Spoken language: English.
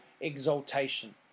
exaltation